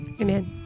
Amen